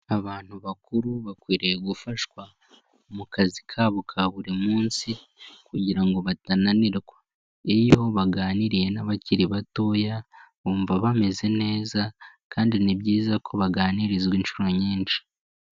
Abantu bakuru bakwiriye gufashwa mu kazi kabo ka buri munsi kugira ngo batananirwa iyo baganiriye n'abakiri batoya bumva bameze neza kandi ni byiza ko baganirizwa inshuro nyinshi.